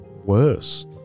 worse